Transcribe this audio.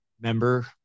member